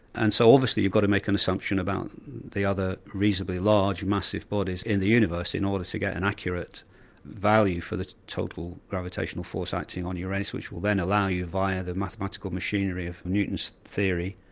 and so obviously you've got to make an assumption about the other reasonably large, massive bodies in the universe, in order to get an accurate value for the total gravitational force acting on uranus which will then allow you via the mathematical machinery of newton's theory,